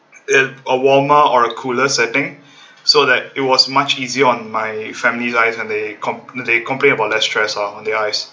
in a warmer or cooler setting so that it was much easier on my family's eyes and they com~ they complain about less stress on the eyes